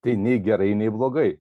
tai nei gerai nei blogai